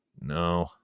no